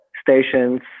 stations